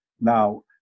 now